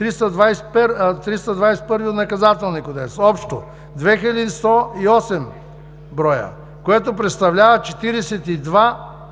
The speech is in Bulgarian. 321 от Наказателния кодекс – общо 2108 броя, което представлява 42,05%